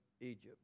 Egypt